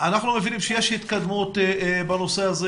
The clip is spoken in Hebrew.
אנחנו מבינים שיש התקדמות בנושא הזה